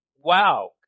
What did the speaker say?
wow